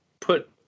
put